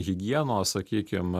higienos sakykim